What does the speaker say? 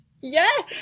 Yes